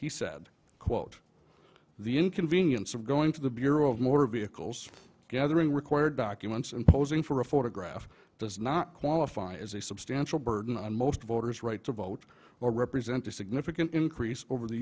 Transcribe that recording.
he said quote the inconvenience of going to the bureau of more vehicles gathering required documents and posing for a photograph does not qualify as a substantial burden on most voters right to vote or represent a significant increase over the